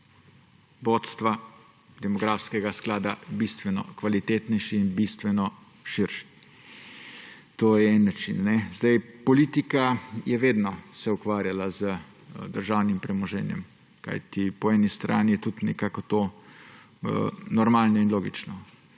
vodstva demografskega sklada bistveno kvalitetnejši in bistveno širši. To je en način. Politika se je vedno ukvarjala z državnim premoženjem, kajti po eni strani je to tudi nekako normalno in logično,